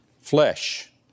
flesh